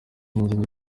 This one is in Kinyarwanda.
inkingi